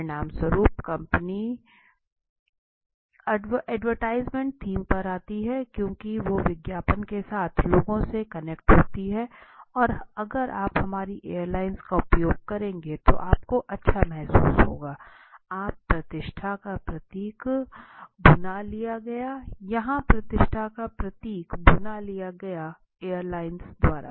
परिणाम स्वरूप company advertising theme पर आती है क्योंकि वो विज्ञापन के साथ लोगों से कनेक्ट होती है कि अगर आप हमारी एयरलाइन का उपयोग करेंगे तो आपको अच्छा महसूस होगा आप तो प्रतिष्ठा का प्रतीक भुना लिया गया यूनाइटेड एयरलाइंस द्वारा